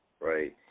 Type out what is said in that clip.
right